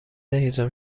هیزم